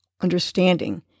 understanding